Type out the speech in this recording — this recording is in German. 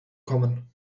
kommen